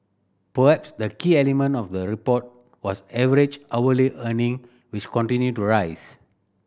perhaps the key element of the report was average hourly earning which continued to rise